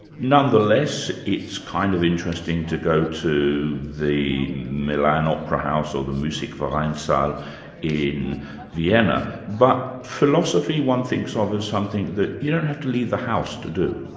nonetheless it's kind of interesting to go to the milan opera house, or the musikverein salle d'or in vienna, but philosophy one thinks of as something that you don't have to leave the house to do.